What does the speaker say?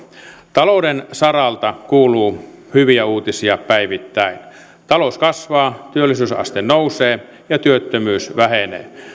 talouden saralta kuuluu hyviä uutisia päivittäin talous kasvaa työllisyysaste nousee ja työttömyys vähenee